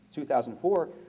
2004